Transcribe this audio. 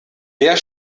der